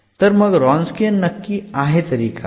तर मग रॉन्सकीयन नक्की आहे तरी काय